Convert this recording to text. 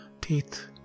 teeth